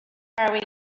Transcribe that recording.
are